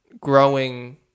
growing